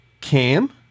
Cam